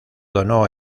donó